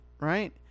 Right